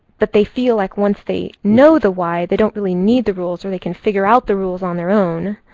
but they feel like, once they know the why, they don't really need the rules or they can figure out the rules on their own.